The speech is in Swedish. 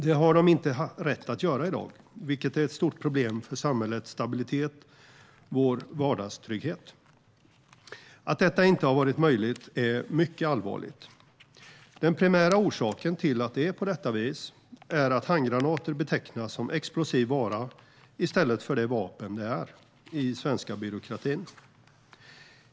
Det har man inte rätt att göra i dag, vilket är ett stort problem för samhällets stabilitet och vår vardagstrygghet. Att detta inte har varit möjligt är mycket allvarligt. Den primära orsaken till att det är på detta vis är att i den svenska byråkratin betecknas handgranater som explosiv vara i stället för det vapen de är.